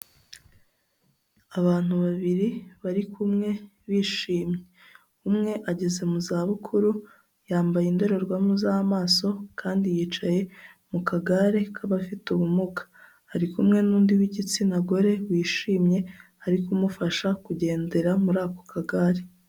Abantu babiri, bari kumwe bishimye. Umwe ageze mu za bukuru yambaye indorerwamo z'amaso kandi yicaye mu kagare k'abafite ubumuga, ari kumwe n'undi w'igitsina gore wishimye ari kumufasha kugendera muri ako kagare.